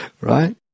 Right